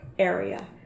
area